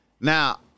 Now